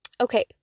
Okay